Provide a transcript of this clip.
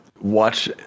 watch